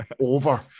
over